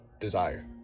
desire